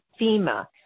FEMA